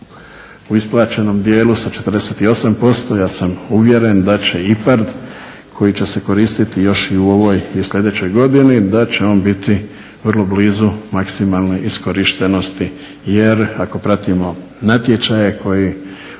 u isplaćenom dijelu sa 48%, ja sam uvjeren da će IPARD koji će se koristiti još i u ovoj i u sljedećoj godini da će on biti vrlo blizu maksimalne iskorištenosti. Jer ako pratimo natječaje koji